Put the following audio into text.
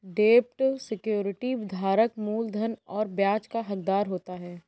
डेब्ट सिक्योरिटी धारक मूलधन और ब्याज का हक़दार होता है